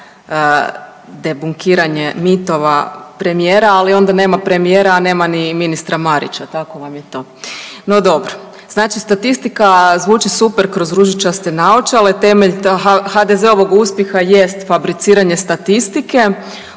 debunkiranje mitova premijera, ali onda nema premijera, a nema ni ministra Marića, tako vam je to. No dobro. Znači statistika zvuči super kroz ružičaste naočale, temelj HDZ-ovog uspjeh jest fabriciranje statistike.